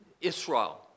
Israel